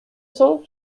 cents